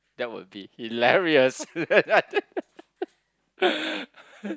that would be hilarious